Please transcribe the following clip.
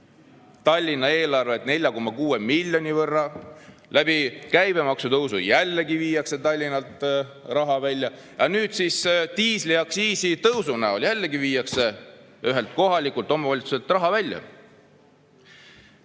Tallinna eelarvet 4,6 miljoni võrra. Käibemaksu tõusuga viiakse Tallinnalt raha välja. Ja nüüd siis diisliaktsiisi tõusu näol jällegi viiakse ühelt kohalikult omavalitsuselt raha välja.